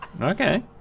Okay